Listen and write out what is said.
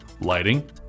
lighting